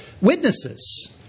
witnesses